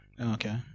Okay